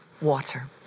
water